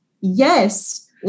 yes